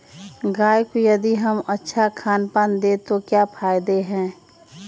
गाय को यदि हम अच्छा खानपान दें तो क्या फायदे हैं?